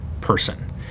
person